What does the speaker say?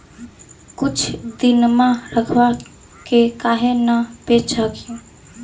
कुछ दिनमा रखबा के काहे न बेच हखिन?